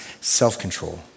self-control